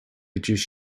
reduced